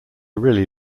really